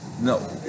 No